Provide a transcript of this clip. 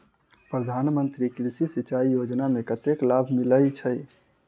प्रधान मंत्री कृषि सिंचाई योजना मे कतेक लाभ मिलय छै?